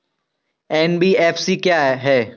NBFC क्या है?